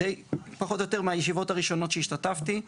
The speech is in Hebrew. פחות או יותר מהישיבות הראשונות שהשתתפתי בהן,